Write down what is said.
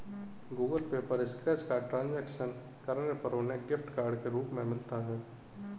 Google Pay पर scratch card transaction करने पर उन्हें गिफ्ट कार्ड के रूप में मिलता है